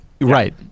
Right